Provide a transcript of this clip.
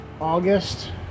August